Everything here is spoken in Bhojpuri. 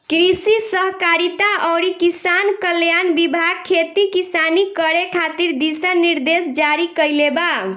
कृषि सहकारिता अउरी किसान कल्याण विभाग खेती किसानी करे खातिर दिशा निर्देश जारी कईले बा